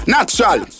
Natural